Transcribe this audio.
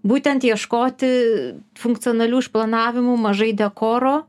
būtent ieškoti funkcionalių išplanavimų mažai dekoro